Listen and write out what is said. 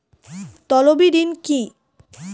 তলবি ঋন কি?